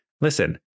listen